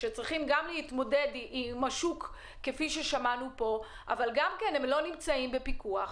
שגם צריכים להתמודד עם השוק וגם לא נמצאים בפיקוח,